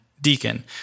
Deacon